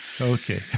okay